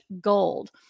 gold